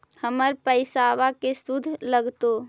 हमर पैसाबा के शुद्ध लगतै?